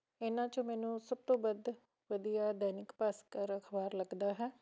ਇਹਨਾਂ 'ਚੋਂ ਮੈਨੂੰ ਸਭ ਤੋਂ ਵੱਧ ਵਧੀਆ ਦੈਨਿਕ ਭਾਸਕਰ ਅਖਬਾਰ ਲੱਗਦਾ ਹੈ